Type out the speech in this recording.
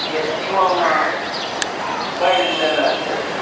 के सीमामे बान्हि देने छथि